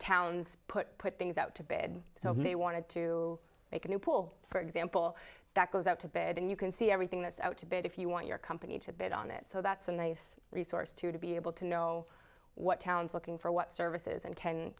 towns put put things out to bad so they wanted to make a new pool for example that goes out to bed and you can see everything that's out to bid if you want your company to bid on it so that's a nice resource to to be able to know what towns looking for what services and